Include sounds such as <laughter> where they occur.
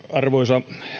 <unintelligible> arvoisa